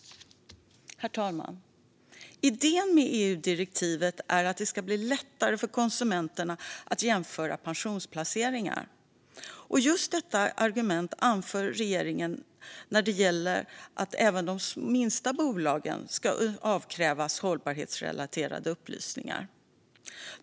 Herr talman! Idén med EU-direktivet är att det ska bli lättare för konsumenterna att jämföra pensionsplaceringar. Just detta argument anför regeringen när det gäller att även de minsta bolagen ska avkrävas hållbarhetsrelaterade upplysningar.